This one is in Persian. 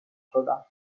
شدم